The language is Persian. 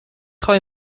خوای